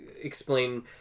explain